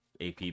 AP